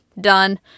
Done